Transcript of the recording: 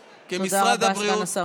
תודה רבה, סגן השר.